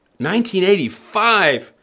1985